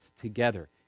together